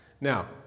Now